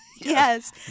Yes